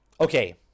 Okay